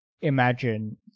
imagine